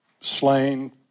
slain